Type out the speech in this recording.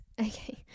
Okay